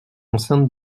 enceinte